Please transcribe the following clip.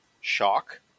shock